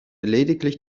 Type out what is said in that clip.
lediglich